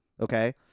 Okay